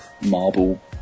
marble